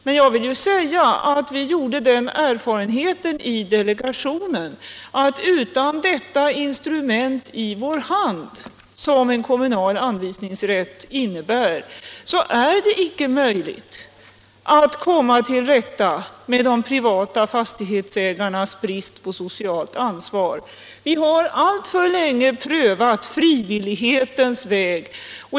Men vi gjorde den erfarenheten i delegationen att det utan tillgång till det instrument som en kommunal anvisningsrätt innebär icke är möjligt att komma till rätta med de privata fastighetsägarnas brist på socialt ansvar. Vi har alltför länge prövat frivillighetens väg.